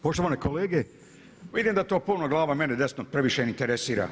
Poštovane kolege vidim da to puno glava meni desno previše ne interesira.